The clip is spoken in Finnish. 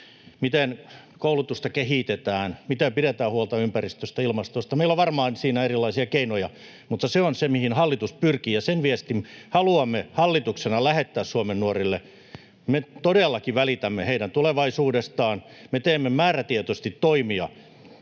miten koulutusta kehitetään, miten pidetään huolta ympäristöstä ja ilmastosta. Meillä on siinä varmaan erilaisia keinoja, mutta se on se, mihin hallitus pyrkii, ja sen viestin haluamme hallituksena lähettää Suomen nuorille. Me todellakin välitämme heidän tulevaisuudestaan. Me teemme määrätietoisesti toimia,